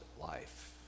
life